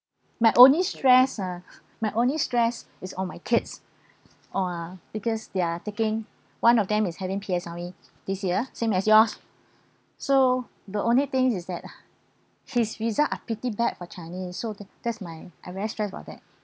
my only stress ah my only stress is on my kids ah because they are taking one of them is having P_S_L_E this year same as yours so the only things is that his result are pity bad for chinese so that that is my I very stress about that